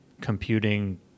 computing